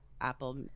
Apple